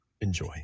Enjoy